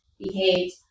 behave